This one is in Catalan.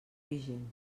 vigent